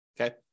okay